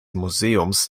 museums